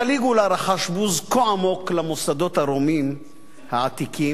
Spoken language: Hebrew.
קליגולה רחש בוז כה עמוק למוסדות הרומיים העתיקים,